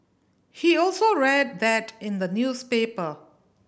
he also read that in the newspaper